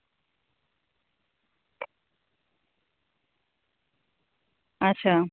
अच्छा